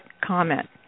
comment